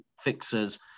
Fixers